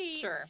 Sure